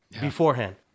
beforehand